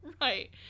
Right